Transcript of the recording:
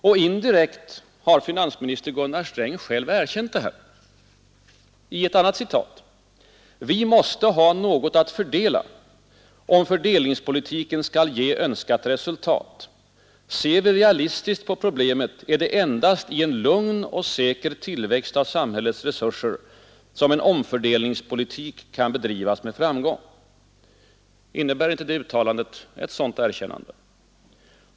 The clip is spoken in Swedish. Och indirekt har finansminister Gunnar Sträng själv erkänt detta — jag citerar än en gång: ”Vi måste ha något att fördela, om fördelningspolitiken skall ge önskat resultat. Ser vi realistiskt på problemet är det endast i en lugn och säker tillväxt av samhällets resurser som en omfördelningspolitik kan bedrivas med framgång.” Innebär inte det uttalandet ett sådant erkännande?